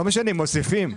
לא משנים, מוסיפים.